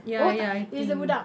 ya ya I think